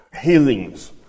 healings